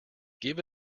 give